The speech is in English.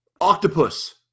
octopus